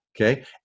okay